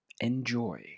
Enjoy